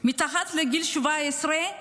מתחת לגיל 17,